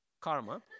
karma